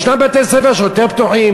ישנם בתי-ספר שהם יותר פתוחים,